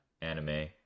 anime